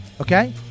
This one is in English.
okay